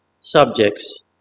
subjects